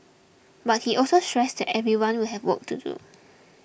but he also stressed that everyone will have work to do